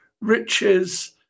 riches